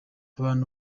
abantu